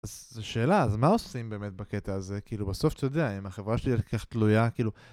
אז זה שאלה אז מה עושים באמת בקטע הזה כאילו בסוף אתה יודע אם החברה שלי תהיה כל כך תלויה כאילו